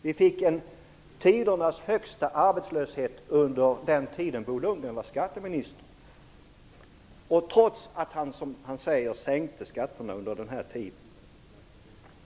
Vi fick tidernas högsta arbetslöshet under den tid Bo Lundgren var skatteminister, trots att han, som han säger, sänkte skatterna.